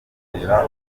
kongera